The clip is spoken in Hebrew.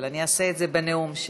אבל אני אעשה את זה בנאום שלי.